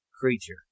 creature